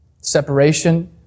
Separation